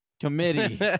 committee